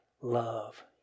love